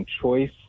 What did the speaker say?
choice